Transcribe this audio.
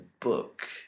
book